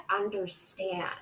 understand